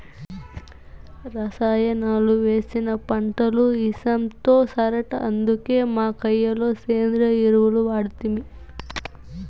రసాయనాలు వేసిన పంటలు ఇసంతో సరట అందుకే మా కయ్య లో సేంద్రియ ఎరువులు వాడితిమి